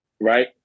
Right